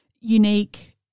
unique